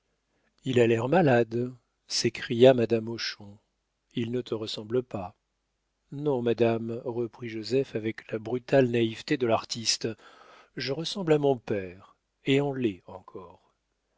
il a l'air malade s'écria madame hochon il ne te ressemble pas non madame reprit joseph avec la brutale naïveté de l'artiste je ressemble à mon père et en laid encore